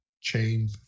chain